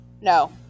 no